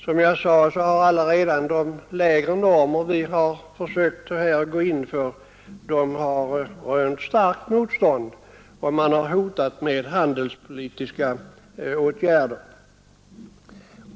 Som jag sade har redan de lägre normer vi har försökt införa rönt starkt motstånd, och man har hotat med handelspolitiska åtgärder.